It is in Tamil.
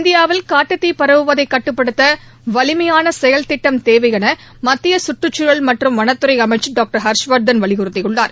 இந்தியாவில் காட்டுத்தீ பரவுவதை கட்டுப்படுத்த வலிமையான செயல்திட்டம் தேவை என மத்திய சுற்றுச்சூழல் மற்றும் வனத்துறை அமைச்சர் டாக்டர் ஹர்ஷ்வாதன் வலியுறுத்தியுள்ளார்